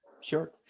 Sure